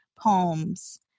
poems